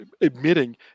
admitting